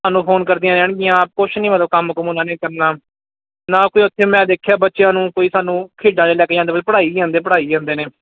ਸਾਨੂੰ ਫੋਨ ਕਰਦੀਆਂ ਰਹਿਣਗੀਆਂ ਕੁਝ ਨਹੀਂ ਮਤਲਬ ਕੰਮ ਕੁੰਮ ਉਹਨਾਂ ਨੇ ਕਰਨਾ ਨਾ ਕੋਈ ਉਥੇ ਮੈਂ ਦੇਖਿਆ ਬੱਚਿਆਂ ਨੂੰ ਕੋਈ ਸਾਨੂੰ ਖੇਡਾਂ 'ਚ ਲੈ ਕੇ ਜਾਂਦੇ ਵੀ ਪੜ੍ਹਾਈ ਜਾਂਦੇ ਪੜ੍ਹਾਈ ਜਾਂਦੇ ਨੇ